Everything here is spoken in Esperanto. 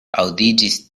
aŭdiĝis